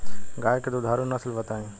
गाय के दुधारू नसल बताई?